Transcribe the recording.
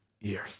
years